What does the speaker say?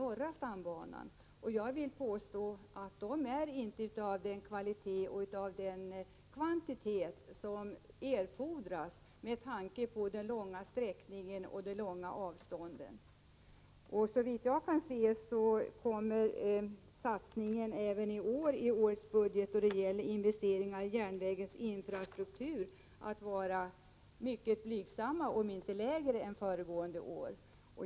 Jag vill påstå att dessa satsningar inte är av den kvalitet och den kvantitet som erfordras med tanke på den långa sträckningen och de långa avstånden. Såvitt jag kan se kommer satsningarna även i årets budget när det gäller investeringar i järnvägens infrastruktur att vara mycket blygsamma, om inte lägre än föregående år.